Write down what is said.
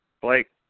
Blake